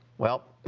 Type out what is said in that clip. well,